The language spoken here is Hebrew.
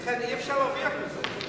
ולכן, אי-אפשר להרוויח מזה.